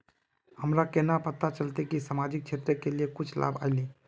हमरा केना पता चलते की सामाजिक क्षेत्र के लिए कुछ लाभ आयले?